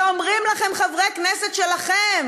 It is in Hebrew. אומרים לכם חברי כנסת שלכם